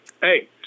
hey